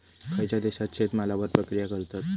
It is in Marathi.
खयच्या देशात शेतमालावर प्रक्रिया करतत?